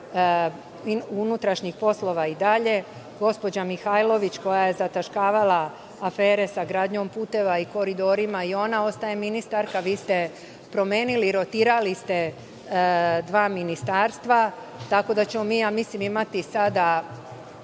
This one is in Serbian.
ministar MUP i dalje, gospođa Mihajlović koja je zataškavala afere sa gradnjom puteva i Koridorima i ona ostaje ministarka? Vi ste promenili, rotirali ste dva ministarstva, tako da ćemo mi, ja mislim, imati sada